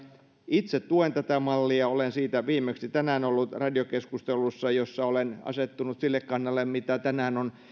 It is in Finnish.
itse tuen tätä mallia olen siitä viimeksi tänään ollut radiokeskustelussa jossa olen asettunut sille kannalle mitä tänään on